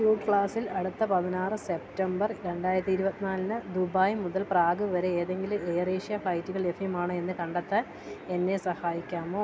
suit ക്ലാസിൽ അടുത്ത പതിനാറ് സെപ്റ്റംബർ രണ്ടായിരത്തി ഇരുപത്തിനാലിന് ദുബായ് മുതൽ പ്രാഗ് വരെ ഏതെങ്കിലും എയർ ഏഷ്യ ഫ്ലൈറ്റുകൾ ലഭ്യമാണോയെന്ന് കണ്ടെത്താൻ എന്നെ സഹായിക്കാമോ